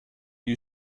you